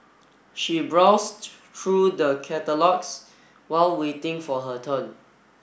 she browsed through the catalogues while waiting for her turn